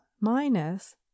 minus